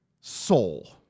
soul